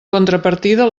contrapartida